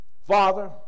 Father